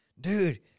dude